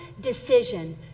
decision